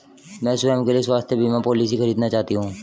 मैं स्वयं के लिए स्वास्थ्य बीमा पॉलिसी खरीदना चाहती हूं